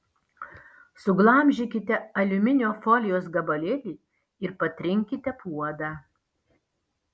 suglamžykite aliuminio folijos gabalėlį ir patrinkite puodą